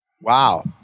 Wow